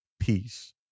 peace